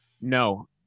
No